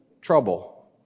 Trouble